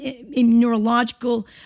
neurological